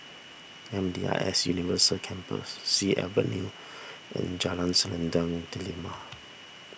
M D I S University Campus Sea Avenue and Jalan Selendang Delima